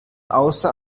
außer